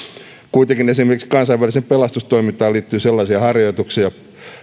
kuitenkin esimerkiksi kansainväliseen pelastustoimintaan liittyy sellaisia harjoituksia